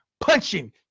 punching